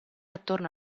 attorno